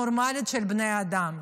נורמלית, של בני אדם.